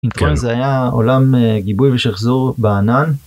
אם כן זה היה עולם גיבוי ושחזור בענן.